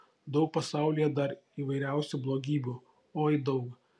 daug pasaulyje dar įvairiausių blogybių oi daug